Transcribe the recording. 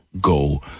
go